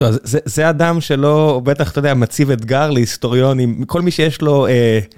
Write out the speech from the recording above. זה זה אדם שלא, בטח אתה יודע, מציב אתגר להיסטוריון עם כל מי שיש לו אהה...